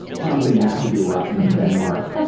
something has to be rotten in denmark.